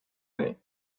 année